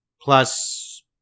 plus